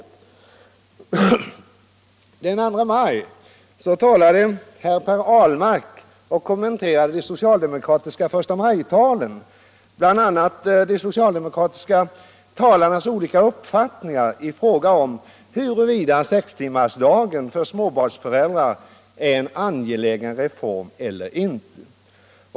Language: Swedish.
Den 2 maj kommenterade Per Ahlmark i ett anförande de socialdemokratiska förstamajtalen, bl.a. de socialdemokratiska talarnas olika uppfattningar i fråga om huruvida sextimmarsdagen för småbarnsföräldrar är en angelägen reform eller inte.